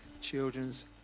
children's